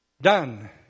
Done